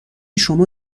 شما